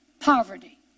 Poverty